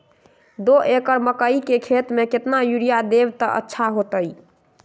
दो एकड़ मकई के खेती म केतना यूरिया देब त अच्छा होतई?